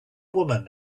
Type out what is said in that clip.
woman